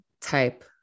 type